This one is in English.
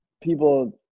People